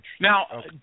Now